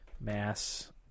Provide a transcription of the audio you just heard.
mass